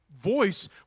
voice